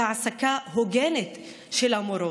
והעסקה הוגנת של המורות.